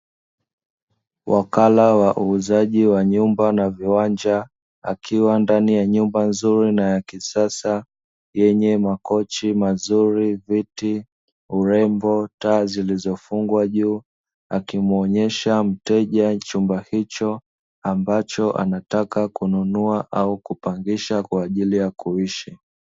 Wakala wa uuzaji wa nyumba na viwanja akiwa ndani ya nyumba nzuri na ya kisasa, yenye; makochi mazuri, viti, urembo, taa zilizofungwa juu. Akimwonesha mteja chumba hicho, ambacho anataka kununua au kupangisha kwa ajili ya kuishi.